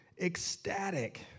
ecstatic